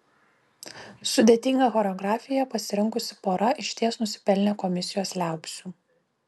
sudėtingą choreografiją pasirinkusi pora išties nusipelnė komisijos liaupsių